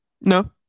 No